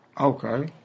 Okay